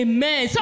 Amen